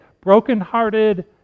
brokenhearted